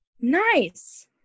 Nice